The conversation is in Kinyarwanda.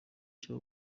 cya